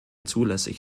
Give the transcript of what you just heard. zulässig